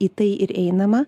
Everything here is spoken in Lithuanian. į tai ir einama